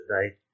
today